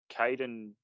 Caden